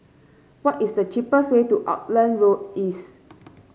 what is the cheapest way to Auckland Road East